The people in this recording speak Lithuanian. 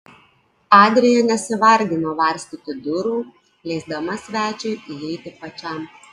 adrija nesivargino varstyti durų leisdama svečiui įeiti pačiam